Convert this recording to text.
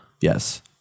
Yes